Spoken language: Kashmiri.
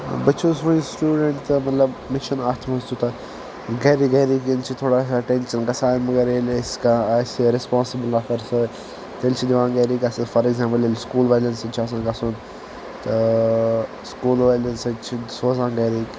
بہ چھُس وُنہ سٹوڈَنٹ تہ مطلب مےٚ چھنہ اتھ منٛز تیوتاہ گرٔ گرٔکٮ۪ن چھُ تھوڑا سا ٹیٚنشَن گژھان مگر ییلہ اسہ کانہہ آسہ ریٚسپونسِبٕل نفر سۭتۍ تیٚلہ چھ دِوان گَرِکۍ گژھنہٕ فار ایٚگزامپل ییلہ سکول والٮ۪ن سۭتۍ چھ آسان گژھن سکول والٮ۪ن سۭتۍ چھ سوزان گَرِکۍ